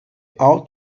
afro